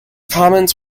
comments